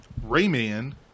Rayman